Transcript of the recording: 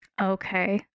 Okay